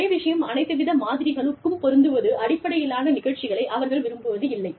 ஒரே விஷயம் அனைத்து வித மாதிரிகளுக்கும் பொருந்துவது அடிப்படையிலான நிகழ்ச்சிகளை அவர்கள் விரும்புவதில்லை